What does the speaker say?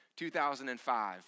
2005